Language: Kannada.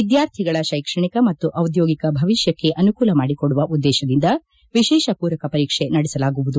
ವಿದ್ದಾರ್ಥಿಗಳ ಶೈಕ್ಷಣಿಕ ಮತ್ತು ದಿದ್ದೋಗಿಕ ಭವಿಷ್ಣಕ್ಕೆ ಅನುಕೂಲ ಮಾಡಿಕೊಡುವ ಉದ್ದೇಶದಿಂದ ವಿಶೇಷ ಪೂರಕ ಪರೀಕ್ಷೆ ನಡೆಸಲಾಗುವುದು